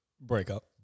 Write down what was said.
breakup